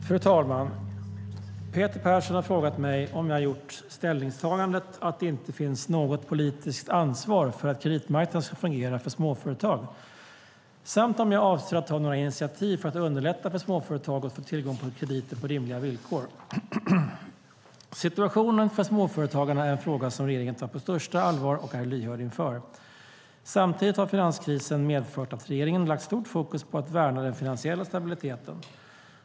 Fru talman! Peter Persson har frågat mig om jag har gjort ställningstagandet att det inte finns något politiskt ansvar för att kreditmarknaden ska fungera för småföretag samt om jag avser att ta några initiativ för att underlätta för småföretag att få tillgång till krediter på rimliga villkor. Situationen för småföretagarna är en fråga som regeringen tar på största allvar och är lyhörd inför. Samtidigt har finanskrisen medfört att regeringen har lagt stort fokus på att värna den finansiella stabiliteten.